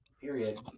period